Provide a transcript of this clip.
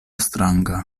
stranga